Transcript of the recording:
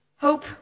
Hope